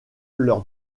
leur